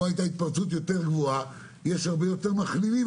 כי במקום שבו הייתה התפרצות יותר גבוהה יש הרבה יותר מחלימים,